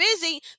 busy